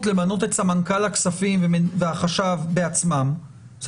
למנות את סמנכ"ל הכספים והחשב בעצמם,